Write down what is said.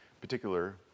particular